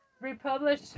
republish